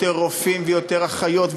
יותר רופאים ויותר אחיות,